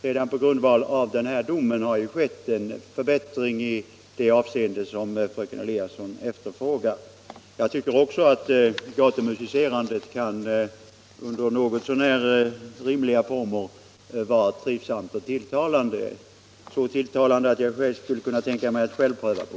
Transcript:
Redan på grundval av denna dom har en förbättring skett i det avseende som fröken Eliasson efterfrågar. Jag tycker också att gatumusicerandet kan, under något så när rimliga former, vara trivsamt och tilltalande; så tilltalande att jag skulle kunna tänka mig att själv pröva på.